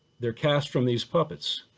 they're cast from these puppets.